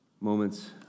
Moments